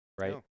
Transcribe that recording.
right